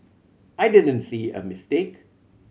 I didn't see a mistake